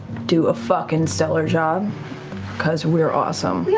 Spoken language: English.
do a fucking stellar job because we're awesome.